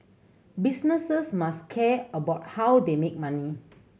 businesses must care about how they make money